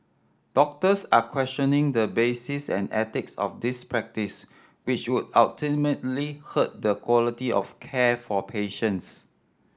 doctors are questioning the basis and ethics of this practice which would ultimately hurt the quality of care for patients